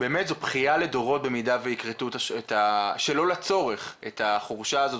זו באמת בכיה לדורות במידה ויכרתו שלא לצורך את החורשה הזאת,